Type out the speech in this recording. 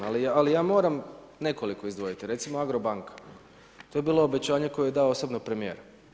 Ali ja moram nekoliko izdvojiti, recimo Agrobanka, to je bilo obećanje koje je dao osobno premijer.